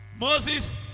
Moses